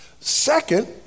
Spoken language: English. Second